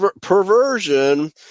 perversion